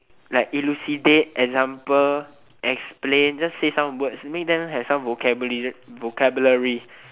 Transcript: like elucidate example explain just say some words make them have some vocabul~ vocabulary